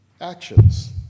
actions